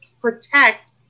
protect